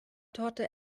torte